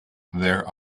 there